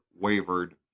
wavered